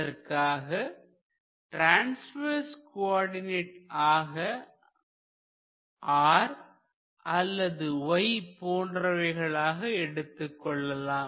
அதற்காக transverse coordinate ஆக r அல்லது y போன்றவைகளை எடுத்துக் கொள்ளலாம்